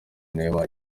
nahimana